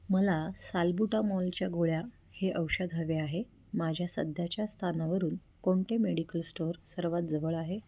मला साल्बुटामॉलच्या गोळ्या हे औषध हवे आहे माझ्या सध्याच्या स्थानावरून कोणते मेडिकल स्टोअर सर्वात जवळ आहे